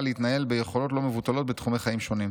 להתנהל ביכולות לא מבוטלות בתחומי חיים שונים.